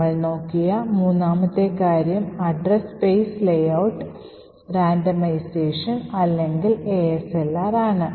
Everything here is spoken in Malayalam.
നമ്മൾ നോക്കിയ മൂന്നാമത്തെ കാര്യം അഡ്രസ് സ്പേസ് Layout റാൻഡമൈസേഷൻ അല്ലെങ്കിൽ ASLR ആണ്